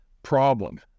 problem